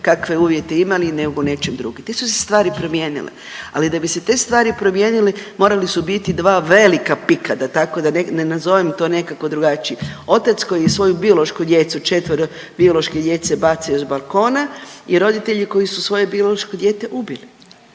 kakve uvjete imali nego u nečem drugdje. Te su se stvari promijenile, ali da bi se te stvari promijenile morala su biti dva velika pika da tako, da ne nazovem to nekako drugačije. Otac koji je svoju biološku djecu, četvero biološke djece bacio s balkona i roditelji koji su svoje biološko dijete ubili